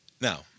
Now